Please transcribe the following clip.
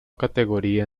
categoría